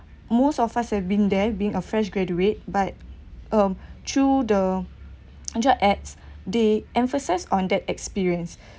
most of us have been there being a fresh graduate but um through the under ads they emphasise on that experience